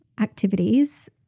activities